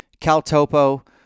CalTOPO